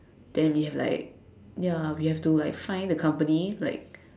then we have like ya we have to like find the company like